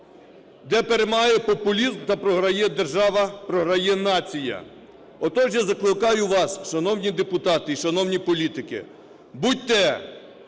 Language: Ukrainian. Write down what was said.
"Де перемагає популізм, там програє держава, програє нація". Отож я закликаю вас, шановні депутати і шановні політики, будьте